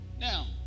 Now